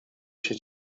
się